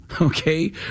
Okay